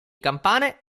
campane